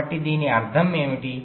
కాబట్టి దీని అర్థం ఏమిటి